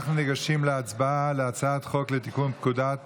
אנחנו ניגשים להצבעה על הצעת חוק לתיקון פקודת